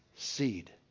Seed